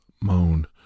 moan